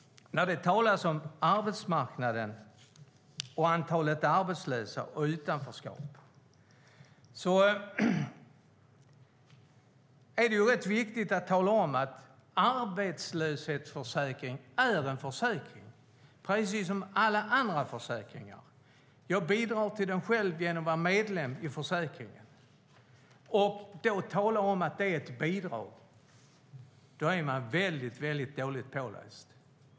När det talas om arbetsmarknaden, antalet arbetslösa och utanförskap är det viktigt att vara medveten om att arbetslöshetsförsäkring är en försäkring och fungerar precis som alla andra försäkringar. Man är medlem i försäkringen och betalar avgiften. När det sägs att det är ett bidrag, då är man väldigt dåligt påläst.